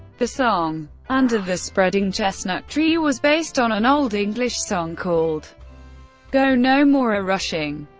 the song under the spreading chestnut tree was based on an old english song called go no more a-rushing.